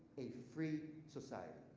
a free society,